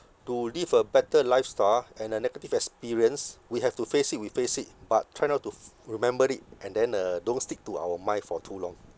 to live a better lifestyle and a negative experience we have to face it we face it but try not to f~ remember it and then uh don't stick to our mind for too long